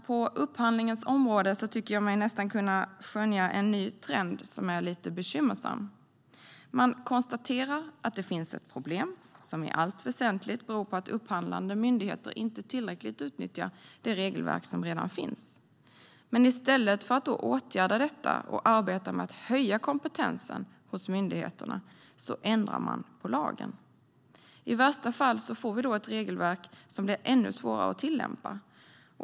På upphandlingens område tycker jag mig nästan kunna skönja en ny trend som är lite bekymmersam. Man konstaterar att det finns ett problem som i allt väsentligt beror på att upphandlande myndigheter inte tillräckligt utnyttjar det regelverk som redan finns. Men i stället för att då åtgärda detta och arbeta med att höja kompetensen hos myndigheterna ändrar man på lagen. I värsta fall får vi då ett regelverk som blir ännu svårare att tillämpa.